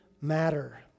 matter